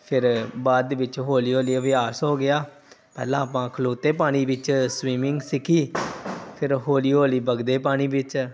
ਫਿਰ ਬਾਅਦ ਦੇ ਵਿੱਚ ਹੌਲੀ ਹੌਲੀ ਅਭਿਆਸ ਹੋ ਗਿਆ ਪਹਿਲਾਂ ਆਪਾਂ ਖਲੋਤੇ ਪਾਣੀ ਵਿੱਚ ਸਵੀਮਿੰਗ ਸਿੱਖੀ ਫਿਰ ਹੌਲੀ ਹੌਲੀ ਵਗਦੇ ਪਾਣੀ ਵਿੱਚ